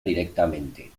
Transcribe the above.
directamente